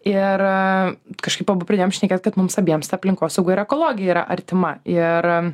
ir kažkaip abu pradėjom šnekėt kad mums abiems ta aplinkosauga ir ekologija yra artima ir